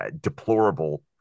deplorable